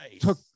took